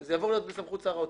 זה יעבור להיות בסמכות שר האוצר.